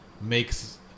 makes